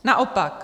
Naopak.